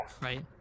right